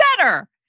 better